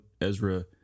Ezra